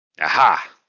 Aha